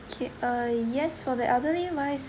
okay uh yes for the elderly wise